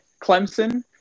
Clemson